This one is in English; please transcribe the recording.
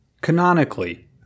Canonically